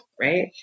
right